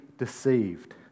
deceived